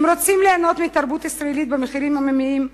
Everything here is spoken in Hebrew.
הם רוצים ליהנות מתרבות ישראלית במחירים עממיים,